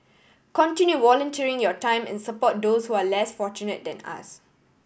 continue volunteering your time and support those who are less fortunate than us